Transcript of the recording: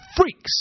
freaks